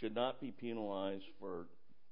should not be penalized for